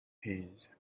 paint